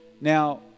Now